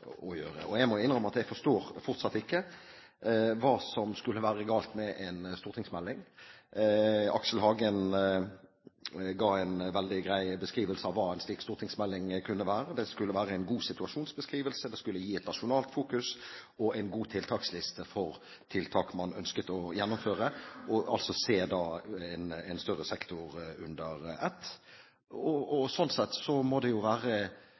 å gjøre. Jeg må innrømme at jeg forstår fortsatt ikke hva som skulle være galt med en stortingsmelding. Aksel Hagen ga en veldig grei beskrivelse av hva en slik stortingsmelding kunne være: en god situasjonsbeskrivelse, et nasjonalt fokus og en god liste over tiltak man ønsket å gjennomføre – altså å se en større sektor under ett. Slik sett må det jo være,